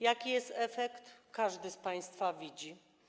Jaki jest efekt, każdy z państwa widzi.